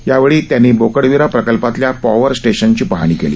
यावेळी त्यांनी बोकडविरा प्रकल्पातल्या पॉवर स्टेशनची पाहणी केली